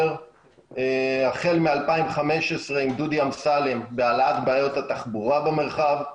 החל מ-2015 עם דודי אמסלם בהעלאת בעיות התחבורה במרחב,